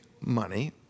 money